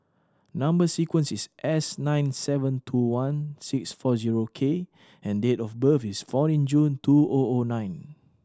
number sequence is S nine seven two one six four zero K and date of birth is fourteen June two O O nine